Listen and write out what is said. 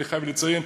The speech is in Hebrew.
אני חייב לציין,